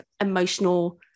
emotional